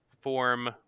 form